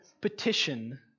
petition